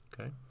Okay